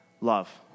love